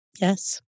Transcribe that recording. Yes